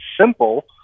simple